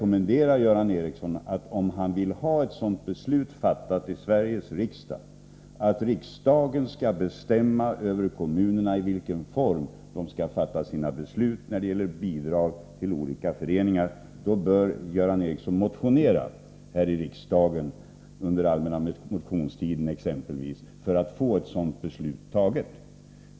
Om Göran Ericsson vill ha ett riksdagsbeslut om att riksdagen skall bestämma i vilken form kommunerna skall fatta sina beslut angående bidrag till olika föreningar, bör han motionera om det i riksdagen, exempelvis under den allmänna motionstiden.